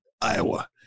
Iowa